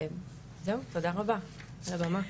תודה רבה על הבמה.